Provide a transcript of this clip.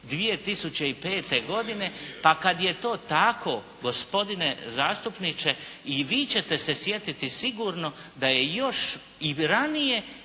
2005. godine, pa kad je to tako gospodine zastupniče i vi ćete se sjetiti sigurno da je još i ranije